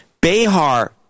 Behar